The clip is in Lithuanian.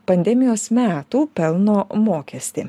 pandemijos metų pelno mokestį